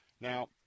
now